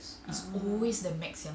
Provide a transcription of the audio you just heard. ah